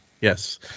yes